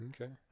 Okay